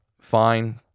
fine